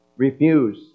Refuse